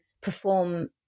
perform